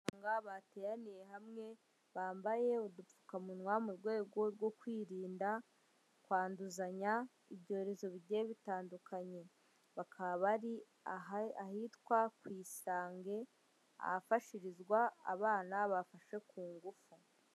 Abaganga bateraniye hamwe bambaye udupfukamunwa mu rwego rwo kwirinda kwanduzanya ibyorezo bigiye bitandukanye bakaba ari ahitwa “Isange One Stop Center” ,ahafashirizwa abana bafashwe ku ngufu.